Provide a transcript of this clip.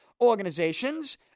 organizations